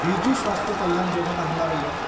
Biju Swasthya Kalyan Yojana ହେଲାବେଲେ